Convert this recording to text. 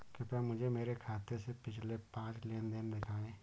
कृपया मुझे मेरे खाते से पिछले पांच लेन देन दिखाएं